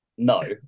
No